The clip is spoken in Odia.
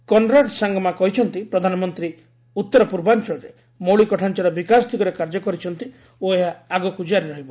କନରାଡ ସାଙ୍ଗମା କହିଛନ୍ତି ପ୍ରଧାନମନ୍ତ୍ରୀ ଉତ୍ତର ପୂର୍ବାଞ୍ଚଳରେ ମୌଳିକ ଢ଼ାଞ୍ଚାର ବିକାଶ ଦିଗରେ କାର୍ଯ୍ୟ କରିଛନ୍ତି ଓ ଏହା ଆଗକୁ କାରି ରହିବ